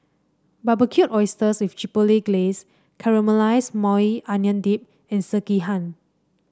Barbecued Oysters with Chipotle Glaze Caramelized Maui Onion Dip and Sekihan